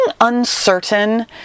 uncertain